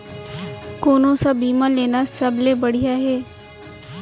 कोन स बीमा लेना सबले बढ़िया हे?